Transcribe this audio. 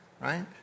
right